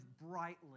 brightly